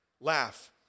Laugh